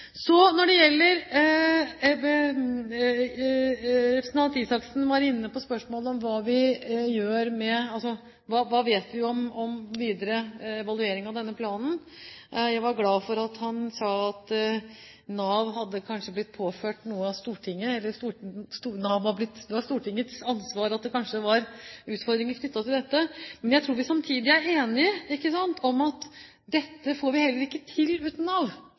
spørsmålet om hva vi vet om den videre evaluering av denne planen. Han sa at Nav har blitt påført omstilling av Stortinget, og at utfordringer knyttet til dette kanskje var Stortingets ansvar. Men jeg tror vi samtidig er enige – ikke sant – om at dette får vi heller ikke til uten